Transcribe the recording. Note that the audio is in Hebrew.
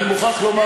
אני מוכרח לומר,